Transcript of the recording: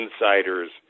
insiders